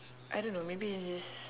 I don't know maybe it's just